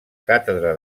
càtedra